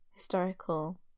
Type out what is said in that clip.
Historical